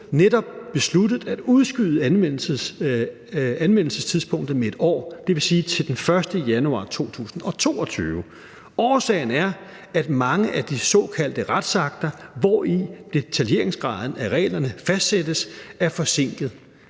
netop besluttet at udskyde anvendelsestidspunktet med 1 år, dvs. til den 1. januar 2022. Kl. 20:38 Årsagen er, at mange af de såkaldte retsakter, hvori detaljeringsgraden af reglerne fastsættes, er forsinket,